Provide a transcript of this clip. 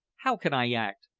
how can i act?